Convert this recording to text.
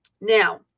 Now